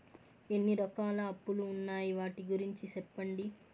ఎన్ని రకాల అప్పులు ఉన్నాయి? వాటి గురించి సెప్పండి?